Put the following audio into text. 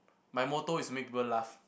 my motto is make people laugh